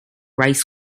rice